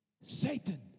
Satan